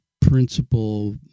principle